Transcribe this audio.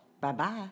Bye-bye